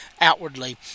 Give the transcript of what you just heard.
outwardly